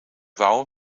wou